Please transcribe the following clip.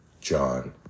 John